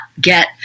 get